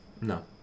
No